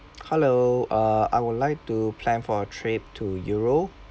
hello uh I would like to plan for a trip to euro